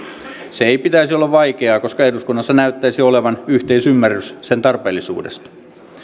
sen ei pitäisi olla vaikeaa koska eduskunnassa näyttäisi olevan yhteisymmärrys sen tarpeellisuudesta